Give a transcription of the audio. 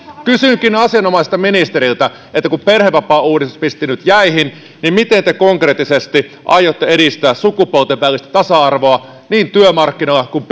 kysynkin asianomaiselta ministeriltä kun perhevapaauudistus pistettiin nyt jäihin niin miten te konkreettisesti aiotte edistää sukupuolten välistä tasa arvoa niin työmarkkinoilla kuin